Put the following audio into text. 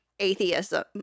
atheism